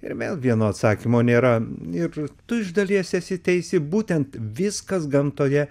ir vėl vieno atsakymo nėra ir tu iš dalies esi teisi būtent viskas gamtoje